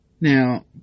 Now